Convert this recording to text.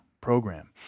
program